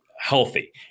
healthy